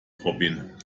robin